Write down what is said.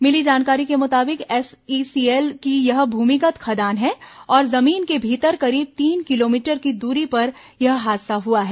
मिली जानकारी के मुताबिक एसईसीएल की यह भूमिगत खदान है और जमीन के भीतर करीब तीन किलोमीटर की दूरी पर यह हादसा हुआ है